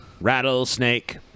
Rattlesnake